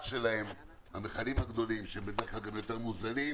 שלהן שהם בדרך כלל גם יותר מוזלים,